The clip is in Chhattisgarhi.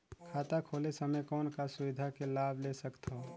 खाता खोले समय कौन का सुविधा के लाभ ले सकथव?